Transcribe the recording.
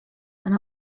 and